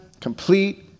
complete